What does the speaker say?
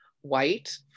white